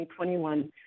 2021